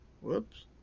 Whoops